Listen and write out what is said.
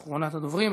אחרונת הדוברים.